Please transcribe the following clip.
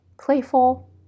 playful